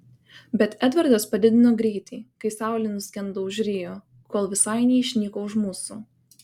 bet edvardas padidino greitį kai saulė nuskendo už rio kol visai neišnyko už mūsų